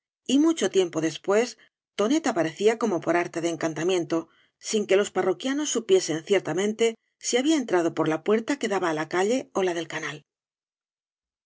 y mucho tiempo deipués tonet aparecía como por arte de encantamiento sin que los parroquianos supiesen ciertamente si había entrado por la puerta que daba á la calle ó la del cana